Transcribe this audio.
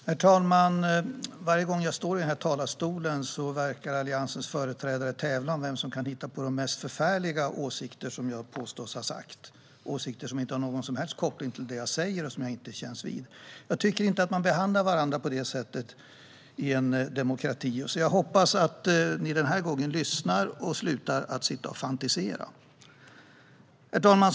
Herr talman! Varje gång jag står i talarstolen verkar Alliansens företrädare tävla om vem som kan hitta på de mest förfärliga åsikter som jag påståtts ha haft, åsikter som inte har någon som helst koppling till det jag säger och som jag inte känns vid. Jag tycker inte att man behandlar varandra på det sättet i en demokrati. Jag hoppas att ni den här gången lyssnar och slutar att sitta och fantisera. Herr talman!